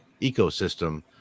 ecosystem